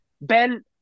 Ben